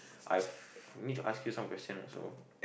I've I need to ask you some question also